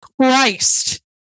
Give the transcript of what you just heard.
Christ